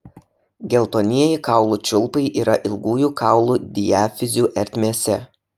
geltonieji kaulų čiulpai yra ilgųjų kaulų diafizių ertmėse